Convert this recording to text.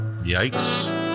Yikes